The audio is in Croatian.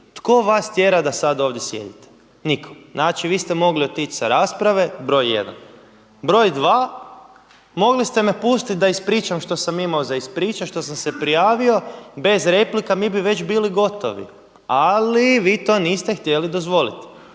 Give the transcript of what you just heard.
tko vas tjera da sad ovdje sjedite? Nitko, znači vi ste mogli otići sa rasprave broj jedan, broj dva mogli ste me pustit da ispričam što sam imao za ispričati, što sam se prijavio bez replika mi bi već bili gotovi. Ali vi to niste htjeli dozvoliti.